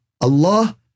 Allah